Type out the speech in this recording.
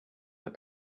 seen